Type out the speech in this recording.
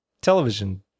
television